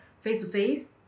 face-to-face